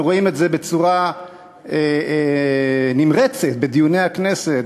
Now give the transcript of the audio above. אנחנו רואים את זה בצורה נמרצת בדיוני הכנסת,